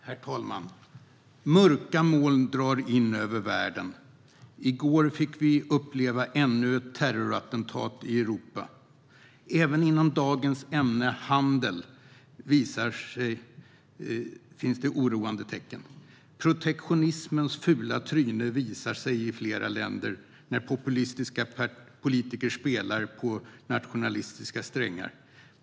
Herr talman! Mörka moln drar in över världen. I går fick vi uppleva ännu ett terrorattentat i Europa. Även inom dagens ämne, handel, finns det oroande tecken. Protektionismens fula tryne visar sig i flera länder när populistiska politiker spelar på nationalistiska strängar.